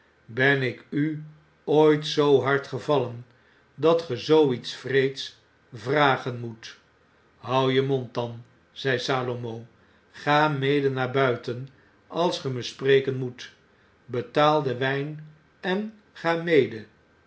ben ik u ooit zoo hard gevallen dat ge zoo iets wreeds vragen moet houd je mond dan zei salomo gamede naar buiten als ge me spreken moet betaal den wfln en ga mede